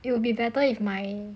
it would be better if my